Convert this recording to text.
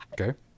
Okay